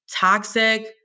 toxic